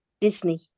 Disney